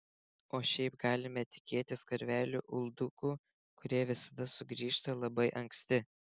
o šiaip galime tikėtis karvelių uldukų kurie visada sugrįžta labai anksti